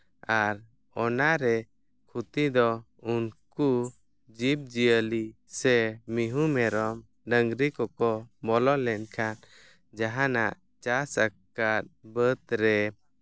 ᱟᱨ ᱚᱱᱟ ᱨᱮ ᱠᱷᱩᱛᱤ ᱫᱚ ᱩᱱᱠᱩ ᱡᱤᱵᱼᱡᱤᱭᱟᱹᱞᱤ ᱥᱮ ᱢᱤᱦᱩ ᱢᱮᱨᱚᱢ ᱰᱟᱹᱝᱨᱤ ᱠᱚᱠᱚ ᱵᱚᱞᱚ ᱞᱮᱱᱠᱷᱟᱱ ᱡᱟᱦᱟᱱᱟᱜ ᱪᱟᱥ ᱟᱠᱟᱫ ᱵᱟᱹᱫᱽ ᱨᱮ